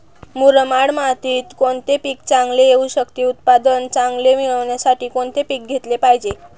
मुरमाड मातीत कोणते पीक चांगले येऊ शकते? उत्पादन चांगले मिळण्यासाठी कोणते पीक घेतले पाहिजे?